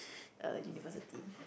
uh university